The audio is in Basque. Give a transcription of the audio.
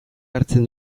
hartzen